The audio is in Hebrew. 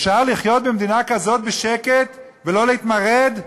אפשר לחיות במדינה כזאת בשקט ולא להתמרד?